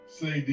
say